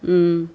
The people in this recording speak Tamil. ம்